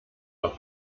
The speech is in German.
noch